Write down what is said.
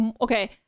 okay